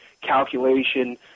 calculation